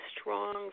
strong